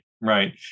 right